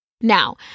Now